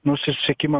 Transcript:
nu susisiekimo